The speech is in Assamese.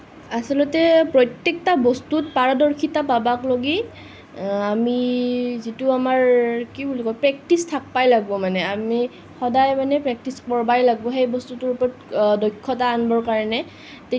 আচলতে প্ৰত্যেকটা বস্তুত পাৰদৰ্শিতা পাবাক লাগি আমি যিটো আমাৰ কি বুলি কয় প্ৰেক্টিছ থাকবাই লাগব মানে আমি সদায় মানে প্ৰেক্টিছ কৰবাই লাগব সেই বস্তুটোৰ ওপৰত দক্ষতা আনবাৰ কাৰণে